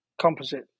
composite